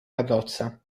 carrozza